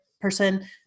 person